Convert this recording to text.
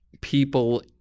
people